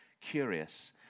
curious